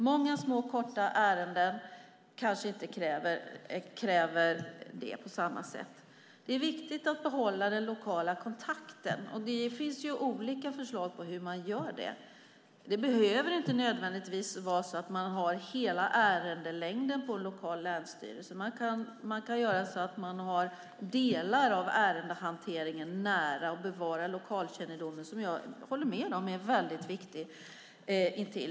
Många små och korta ärenden kanske inte kräver det på samma sätt. Det är viktigt att behålla den lokala kontakten. Det finns olika förslag på hur man ska göra det. Det behöver inte nödvändigtvis vara så att man har hela ärendelängden på den lokala länsstyrelsen. Man kan göra så att man har delar av ärendehanteringen nära och bevarar lokalkännedomen, som jag håller med om är väldigt viktig.